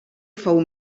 fou